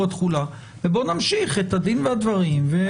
התחולה ובואו נמשיך את הדין והדברים ונראה.